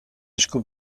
esku